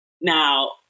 Now